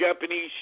Japanese